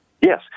Yes